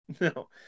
No